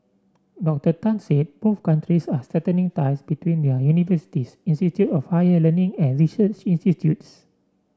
Dr Tan said both countries are ties between their universities of higher learning and research institutes